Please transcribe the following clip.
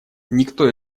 никто